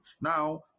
now